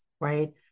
right